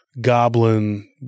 goblin